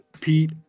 pete